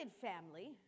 family